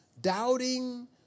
doubting